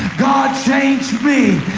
god, change me.